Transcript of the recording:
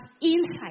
insight